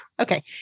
Okay